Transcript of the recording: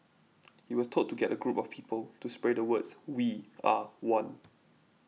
he was told to get a group of people to spray the words we are one